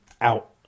out